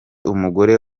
umugore